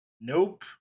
Nope